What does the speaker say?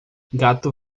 gato